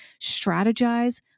strategize